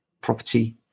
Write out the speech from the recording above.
Property